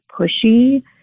pushy